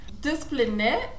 discipline